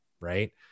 right